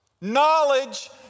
knowledge